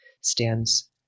stands